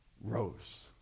rose